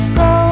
go